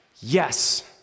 Yes